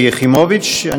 בבקשה, אדוני.